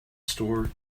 store